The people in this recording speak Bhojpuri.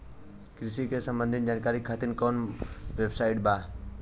कृषि से संबंधित जानकारी खातिर कवन वेबसाइट बा?